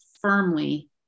firmly